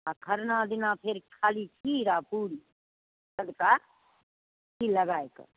आ खरना दिना फेर खाली खीर आ पूरी घी लगाइकऽ